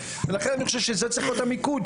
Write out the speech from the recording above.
ולכן אני חושב שזה צריך להיות המיקוד.